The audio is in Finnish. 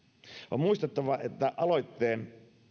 on muistettava että aloitteen